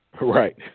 Right